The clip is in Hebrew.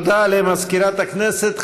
תודה למזכירת הכנסת.